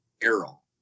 Errol